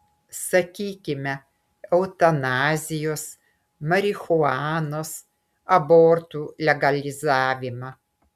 sakykime eutanazijos marihuanos abortų legalizavimą